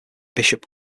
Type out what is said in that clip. bishop